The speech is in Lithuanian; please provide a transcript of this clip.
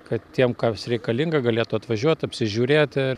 kad tiem kas reikalinga galėtų atvažiuot apsižiūrėti